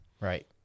Right